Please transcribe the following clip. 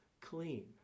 clean